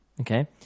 Okay